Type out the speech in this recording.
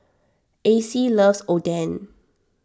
Acie loves Oden